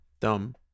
Dumb